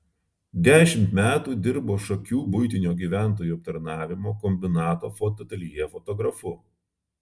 dešimt metų dirbo šakių buitinio gyventojų aptarnavimo kombinato fotoateljė fotografu